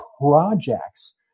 projects